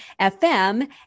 FM